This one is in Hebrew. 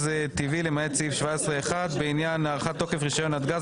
טבעי) למעט סעיף 17(1) (בעניין הארכת תוקף רישיון נתג"ז),